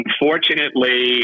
Unfortunately